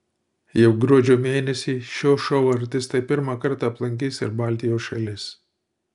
jau gruodžio mėnesį šio šou artistai pirmą kartą aplankys ir baltijos šalis